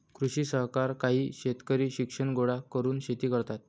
कृषी सहकार काही शेतकरी शिक्षण गोळा करून शेती करतात